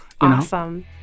Awesome